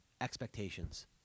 expectations